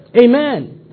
Amen